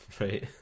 Right